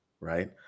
right